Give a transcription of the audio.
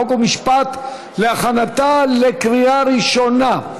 חוק ומשפט להכנתה לקריאה ראשונה.